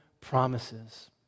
promises